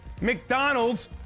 McDonald's